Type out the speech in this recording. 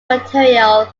material